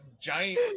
giant